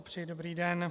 Přeji dobrý den.